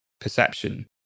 perception